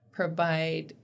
provide